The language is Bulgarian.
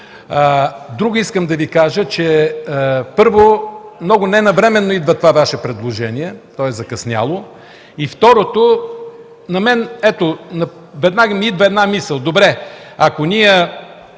Друго искам да Ви кажа, че, първо, много ненавременно идва това Ваше предложение, то е закъсняло. Второ, на мен веднага ми идва една мисъл, добре, ако ние